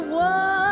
one